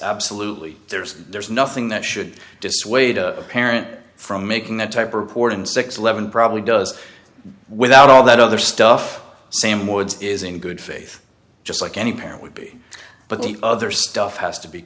absolutely there's there's nothing that should dissuade a parent from making that type report and six eleven probably does without all that other stuff same woods is in good faith just like any parent would be but the other stuff has to be